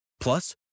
Plus